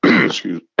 excuse